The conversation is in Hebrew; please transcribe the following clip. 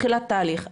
בתחילת תהליך,